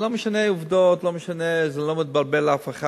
לא משנה עובדות, זה לא מבלבל אף אחד.